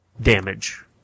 damage